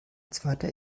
zweiter